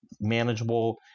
manageable